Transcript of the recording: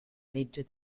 legge